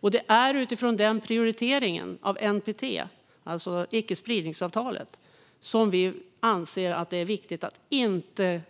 Det är också utifrån prioriteringen av NPT, alltså icke-spridningsavtalet, som vi anser att det är viktigt att inte